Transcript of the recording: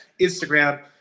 Instagram